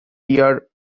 year